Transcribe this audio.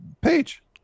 page